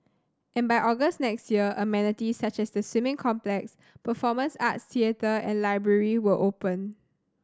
and by August next year amenities such as the swimming complex performance arts theatre and library will open